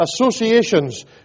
associations